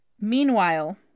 Meanwhile